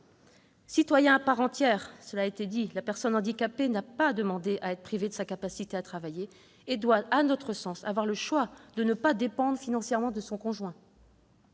Citoyenne à part entière, la personne handicapée n'a pas demandé à être privée de sa capacité à travailler et doit, à notre sens, avoir le choix de ne pas dépendre financièrement de son conjoint.